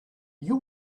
you